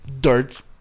darts